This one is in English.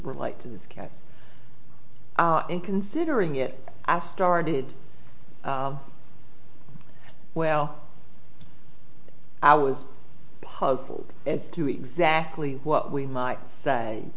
relate to this case in considering it i started well i was puzzled as to exactly what we might say